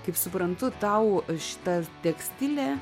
kaip suprantu tau šita tekstilė